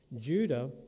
Judah